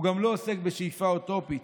הוא גם לא עוסק בשאיפה אוטופית.